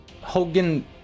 Hogan